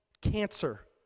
cancer